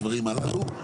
הדברים הללו.